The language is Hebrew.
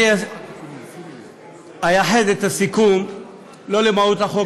אני אייחד את הסיכום לא למהות החוק,